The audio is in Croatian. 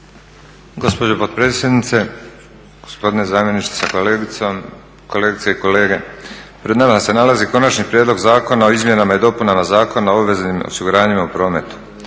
Gospođo potpredsjednice, gospodine zamjeniče sa kolegicom, kolegice i kolege. Pred nama se nalazi Konačni prijedlog zakona o izmjenama i dopunama Zakona o obveznim osiguranjima u prometu.